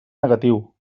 negatiu